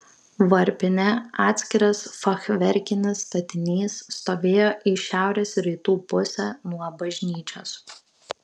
varpinė atskiras fachverkinis statinys stovėjo į šiaurės rytų pusę nuo bažnyčios